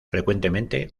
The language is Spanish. frecuentemente